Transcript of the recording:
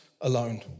alone